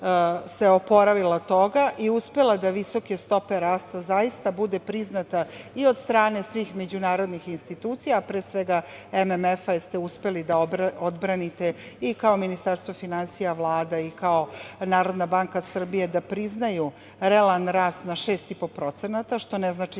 oporavila od toga i uspela da visoke stope rasta zaista bude priznata i od strane svih međunarodnih institucija, a pre svega MMF, jer ste uspeli da odbranite i kao Ministarstvo finansija, Vlada i kao NBS da priznaju realna rast na 6,5%, što ne znači